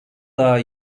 daha